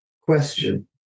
question